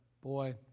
Boy